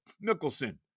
Nicholson